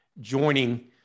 joining